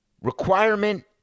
requirement